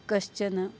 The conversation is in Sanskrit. कश्चन